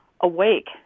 awake